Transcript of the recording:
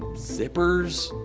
zippers.